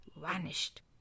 vanished